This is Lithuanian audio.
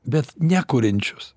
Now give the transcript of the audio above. bet nekuriančius